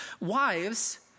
Wives